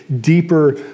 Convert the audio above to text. deeper